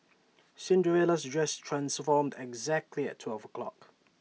Cinderella's dress transformed exactly at twelve o'clock